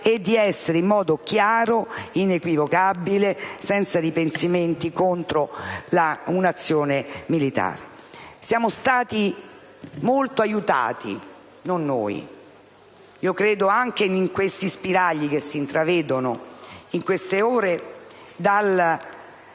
ed essere in modo chiaro, inequivocabile e senza ripensamenti contro una azione militare. Siamo stati molto aiutati, anche negli spiragli che si intravedono in queste ore,